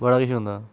बड़ा किश होंदा